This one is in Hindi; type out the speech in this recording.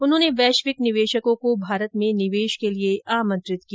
उन्होंने वैश्विक निवेशकों को भारत में निवेश के लिये आमंत्रित किया